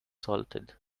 salted